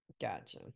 gotcha